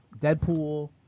deadpool